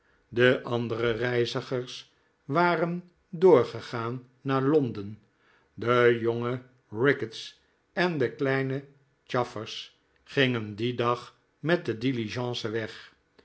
de andere reizigers waren doorgegaan naar londen de jonge ricketts en de kleine chaffers gingen dien dag met de diligence weg